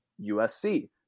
USC